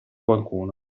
qualcuno